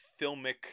filmic